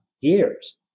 years